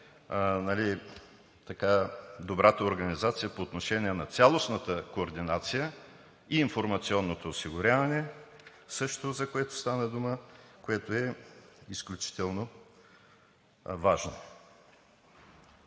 добрата организация по отношение на цялостната координация също и информационното осигуряване, за което стана дума, което е изключително важно.